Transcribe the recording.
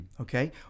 Okay